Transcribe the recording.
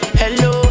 hello